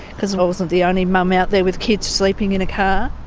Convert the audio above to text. because um i wasn't the only mum out there with kids sleeping in a car.